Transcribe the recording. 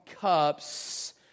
cups